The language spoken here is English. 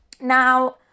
Now